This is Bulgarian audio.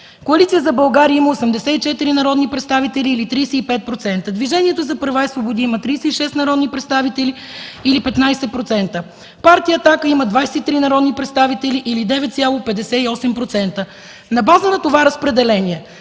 Коалиция за България има 84 народни представители, или 35%; Движението за права и свободи има 36 народни представители, или 15%; Партия „Атака” има 23 народни представители, или 9,58 %. На база на това разпределение